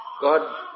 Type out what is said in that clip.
God